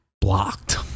blocked